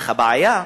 אך הבעיה,